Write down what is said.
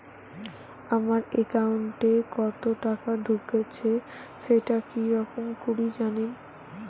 আমার একাউন্টে কতো টাকা ঢুকেছে সেটা কি রকম করি জানিম?